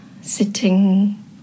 sitting